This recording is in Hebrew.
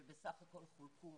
אבל בסך הכול חולקו